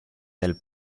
del